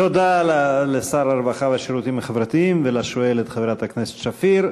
תודה לשר הרווחה והשירותים החברתיים ולשואלת חברת הכנסת שפיר.